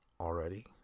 already